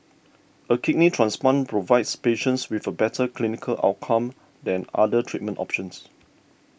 a kidney transplant provides patients with a better clinical outcome than other treatment options